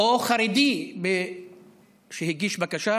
או חרדי שהגיש בקשה.